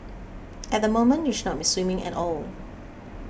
at the moment you should not be swimming at all